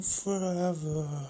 forever